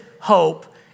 hope